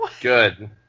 Good